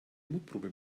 mutprobe